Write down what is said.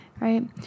Right